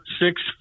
six